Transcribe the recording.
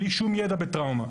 בלי שום ידע בטראומה,